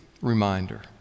reminder